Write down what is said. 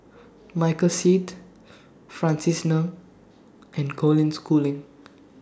Michael Seet Francis Ng and Colin Schooling